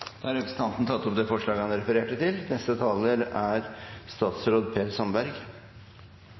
Da har representanten Rigmor Aasrud tatt opp det forslaget hun refererte til.